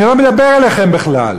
אני לא מדבר אליכם בכלל.